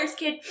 kid